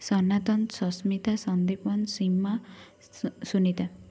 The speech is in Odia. ସନାତନ ସସ୍ମିତା ସନ୍ଦୀପନ ସୀମା ସୁନିତା